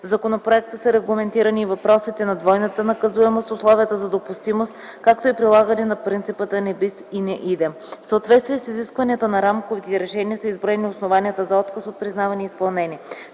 В законопроекта са регламентирани и въпросите на двойната наказуемост, условията за допустимост, както и прилагане на принципа non bis in idem. В съответствие с изискванията на рамковите решения са изброени основанията за отказ от признаване и изпълнение.